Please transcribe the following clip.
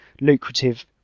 lucrative